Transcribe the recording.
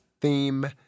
Theme